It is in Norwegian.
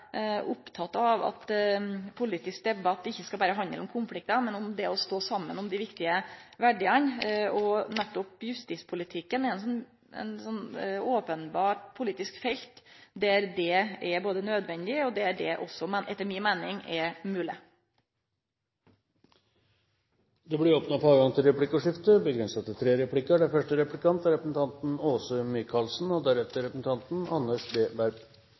av at ein politisk debatt ikkje berre skal handle om konfliktar, men også om det å stå saman om dei viktige verdiane. Nettopp justispolitikken er openbert eit politisk felt der det er både nødvendig og etter mi meining også mogleg. Det blir åpnet for replikkordskifte. Vi vet at det er